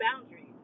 boundaries